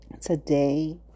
Today